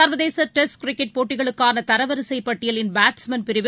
சர்வதேசடெஸ்ட் cricket போட்டிகளுக்கானதரவரிசைப் பட்டியலின் batsmen பிரிவில்